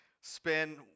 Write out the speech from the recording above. spend